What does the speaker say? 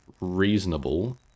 reasonable